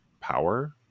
power